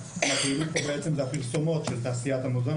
מהבריאות זה הפרסומות של תעשיית המזון.